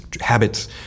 habits